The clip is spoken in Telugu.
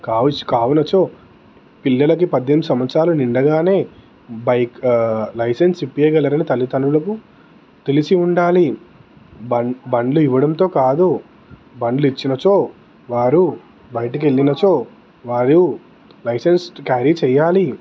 కావున కావున పిల్లలకి పద్దెనిమిది సంవత్సరాలు నిండగానే బైక్ లైసెన్స్ ఇప్పించగలరని తల్లిదండ్రులకు తెలిసి ఉండాలి బండ్ల్ బండ్లు ఇవ్వడంతో కాదు బండ్లు ఇచ్చినచో వారు బయటకి వెళ్ళినచో వారు లైసెన్స్ క్యారీ చేయాలి